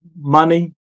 money